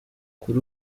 kuri